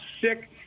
sick